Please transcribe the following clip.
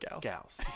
Gals